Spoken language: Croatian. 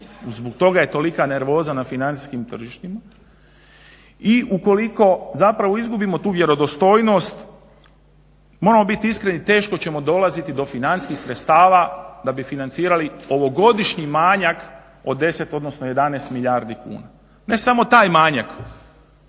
Zbog toga je tolika nervoza na financijskim tržištima i ukoliko izgubimo tu vjerodostojnost moramo biti iskreni teško ćemo dolaziti do financijskih sredstava da bi financirali ovogodišnji manjak od 10 odnosno 11 milijardi kuna. Ne samo taj manjak